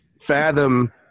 fathom